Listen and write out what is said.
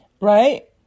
Right